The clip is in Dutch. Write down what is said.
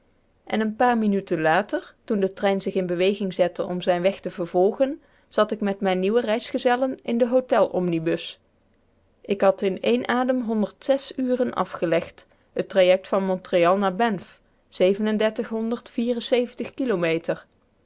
en een paar minuten later toen de trein zich in beweging zette om zijnen weg te vervolgen zat ik met mijne nieuwe reisgezellen in den hôtel omnibus ik had in éénen adem uren afgelegd het traject van montreal naar banff kilometer